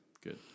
Good